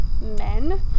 men